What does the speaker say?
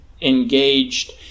engaged